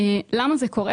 למה זה קורה?